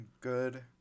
good